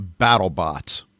BattleBots